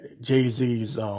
Jay-Z's